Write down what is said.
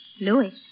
Louis